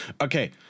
okay